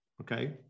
okay